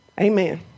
Amen